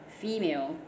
female